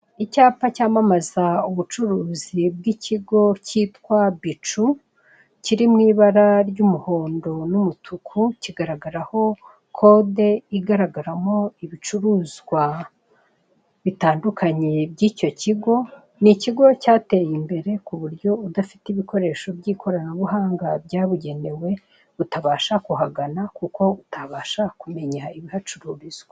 Icyapa cyamamaza ubucuruzi bw'ikigo kitwa Bicu kiri mu ibara ry'umuhondo n'umutuku kigaragaraho code igaragaraho ibicuruzwa bitandukanye by'icyo kigo. ni ikigo cyateye imbere kuburyo udafite ibikoresho by'ikoranabuhanga byabugenewe utabasha kuhagana kuko utabasha kumenya ibihacururizwa.